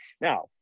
Now